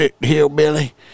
hillbilly